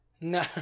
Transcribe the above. No